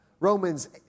Romans